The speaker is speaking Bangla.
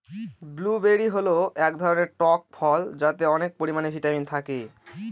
ব্লুবেরি হল এক ধরনের টক ফল যাতে অনেক পরিমানে ভিটামিন থাকে